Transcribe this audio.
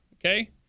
okay